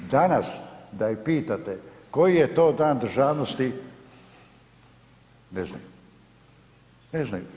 Danas da ih pitate koji je to dan državnosti ne znaju.